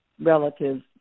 relatives